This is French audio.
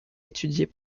étudiés